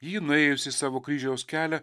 jį nuėjusi savo kryžiaus kelią